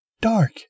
Dark